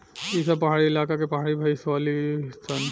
ई सब पहाड़ी इलाका के पहाड़ी भईस होली सन